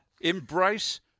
Embrace